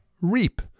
reap